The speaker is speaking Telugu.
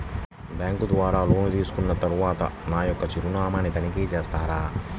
బ్యాంకు ద్వారా లోన్ తీసుకున్న తరువాత నా యొక్క చిరునామాని తనిఖీ చేస్తారా?